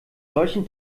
solchen